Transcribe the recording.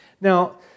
Now